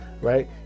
right